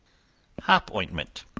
hop ointment.